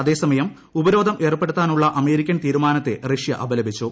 അതേസമയം ഉപരോധം ഏർപ്പെടുത്താനുള്ള അമേരിക്കൻ തീരുമാനത്തെ റഷ്യ അപലപിച്ചു